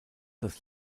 das